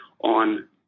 on